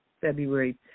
February